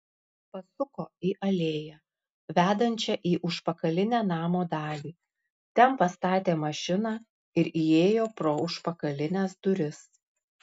pasuko į alėją vedančią į užpakalinę namo dalį ten pastatė mašiną ir įėjo pro užpakalines duris